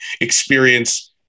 experience